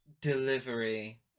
delivery